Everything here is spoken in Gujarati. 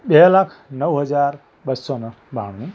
બે લાખ નવ હજાર બસો ને બાણું